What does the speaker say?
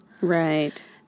Right